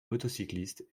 motocyclistes